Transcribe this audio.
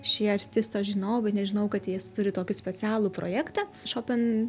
šį artistą žinojau bet nežinojau kad jis turi tokį specialų projektą šopen